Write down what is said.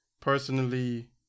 personally